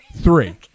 Three